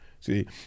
See